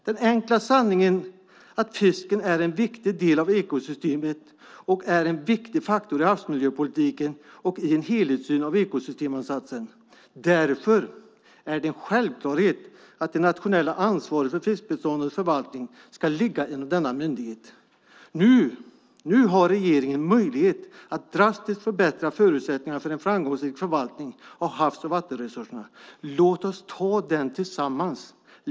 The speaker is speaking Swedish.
Den enkla sanningen är att fisken är en viktig del av ekosystemet och är en viktig faktor i havsmiljöpolitiken och i en helhetssyn av ekosystemansatsen. Därför är det en självklarhet att det nationella ansvaret för fiskbeståndens förvaltning ska ligga inom denna myndighet. Nu har regeringen möjlighet att drastiskt förbättra förutsättningarna för en framgångsrik förvaltning av havs och vattenresurser. Låt oss ta den tillsammans!